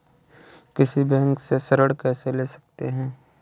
किसी बैंक से ऋण कैसे ले सकते हैं?